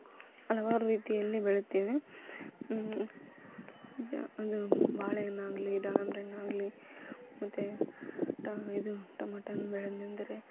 ಹಲವಾರು ರೀತಿಯಲ್ಲಿ ಬೆಳಿತೀವಿ ಜ ಒಂದು ಬಾಳೆಹಣ್ಣಾಗ್ಲಿ ದಾಳಿಂಬೆ ಹಣ್ಣಾಗಲಿ ಮತ್ತು ಟ ಇದು ಟಮಟೋ ಹಣ್ಣು ಬೆಳೆದೆನೆಂದ್ರೆ